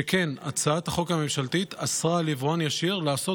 שכן הצעת החוק הממשלתית אסרה על יבואן ישיר לעשות